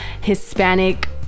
Hispanic